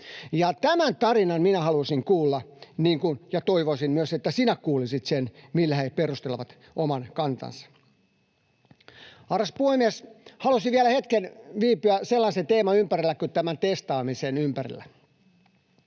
Tämän tarinan minä haluaisin kuulla ja toivoisin myös, että sinä kuulisit sen, millä he perustelevat oman kantansa. Arvoisa puhemies! Haluaisin vielä hetken viipyä sellaisen teeman kuin tämän testaamisen ympärillä.